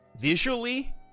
visually